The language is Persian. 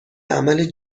عمل